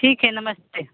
ठीक है नमस्ते